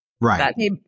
Right